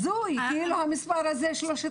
המספר הזה הזוי.